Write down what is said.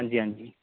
अंजी आं जी